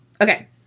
Okay